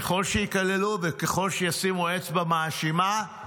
ככל שיקללו וככל שישימו אצבע מאשימה,